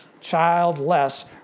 childless